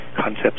concepts